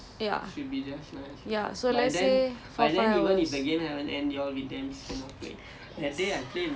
game of thrones முடியவே கொஞ்சம்:mudiyave koncham let's say ya ya